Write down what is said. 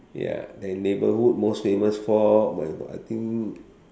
ya then neighborhood most famous for I think